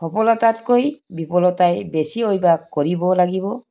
সফলতাতকৈ বিফলতাই বেছি অভ্যাস কৰিব লাগিব